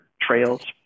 trails